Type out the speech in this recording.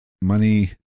money